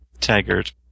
Taggart